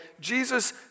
Jesus